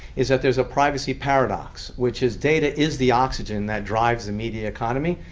is that there's a privacy paradox which is data is the oxygen that drives the media economy.